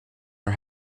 are